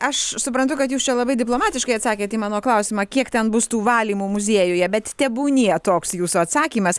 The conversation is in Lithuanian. aš suprantu kad jūs čia labai diplomatiškai atsakėt į mano klausimą kiek ten bus tų valymų muziejuje bet tebūnie toks jūsų atsakymas